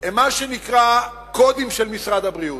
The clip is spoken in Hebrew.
הם מה שנקרא "קודים של משרד הבריאות".